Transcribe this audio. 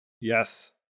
yes